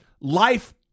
life-